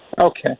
okay